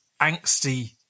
angsty